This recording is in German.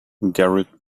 gerrit